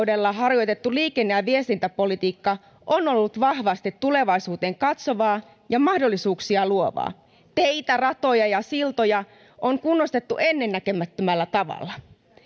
tällä vaalikaudella harjoitettu liikenne ja viestintäpolitiikka on ollut vahvasti tulevaisuuteen katsovaa ja mahdollisuuksia luovaa teitä ratoja ja siltoja on kunnostettu ennennäkemättömällä tavalla